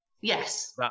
Yes